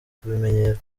kubimenyera